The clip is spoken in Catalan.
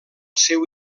seu